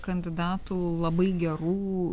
kandidatų labai gerų